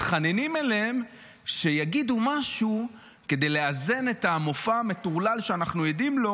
מתחננים אליהן שיגידו משהו כדי לאזן את המופע המטורלל שאנחנו עדים לו,